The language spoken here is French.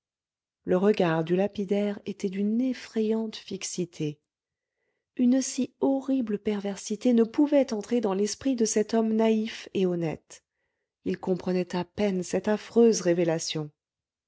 le regard du lapidaire était d'une effrayante fixité une si horrible perversité ne pouvait entrer dans l'esprit de cet homme naïf et honnête il comprenait à peine cette affreuse révélation